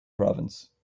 province